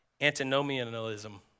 antinomianism